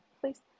please